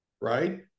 right